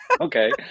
Okay